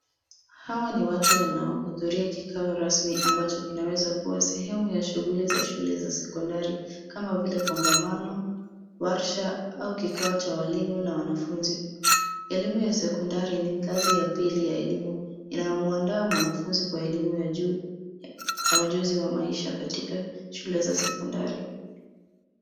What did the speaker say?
Hawa ni watu wanaohudhuria kikao rasmi ambacho kinaweza kuwa sehemu ya shughuli za shule za sekondari, kama vile kongamano, warsha, au kikao cha walimu na wanafunzi. Elimu ya sekondari ni ngazi ya pili ya elimu, inayomwandaa mwanafunzi kwa elimu ya juu na ujuzi wa maisha katika ya shule za sekondari.